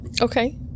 Okay